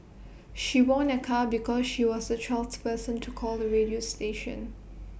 she won A car because she was the twelfth person to call the radio station